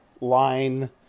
line